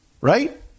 right